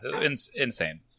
insane